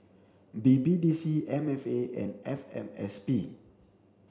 B B D C M F A and F M S P